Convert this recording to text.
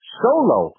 solo